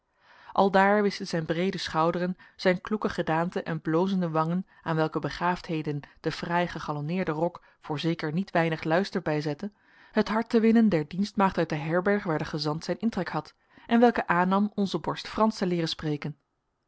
aldaar wisten zijn breede schouderen zijn kloeke gedaante en blozende wangen aan welke begaafdheden de fraai gegalonneerde rok voorzeker niet weinig luister bijzette het hart te winnen der dienstmaagd uit de herberg waar de gezant zijn intrek had en welke aannam onzen borst fransch te leeren spreken